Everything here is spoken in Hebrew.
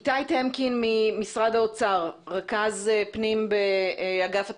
איתי טמקין ממשרד האוצר, רכז פנים באגף התקציבים.